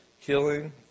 killing